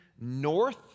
North